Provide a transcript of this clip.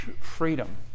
freedom